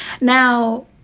now